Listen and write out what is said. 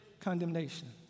condemnation